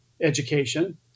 Education